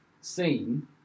seen